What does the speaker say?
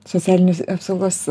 socialinės apsaugos